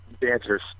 dancers